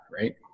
Right